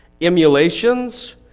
Emulations